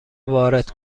وارد